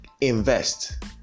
invest